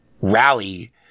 rally